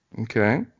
Okay